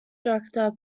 director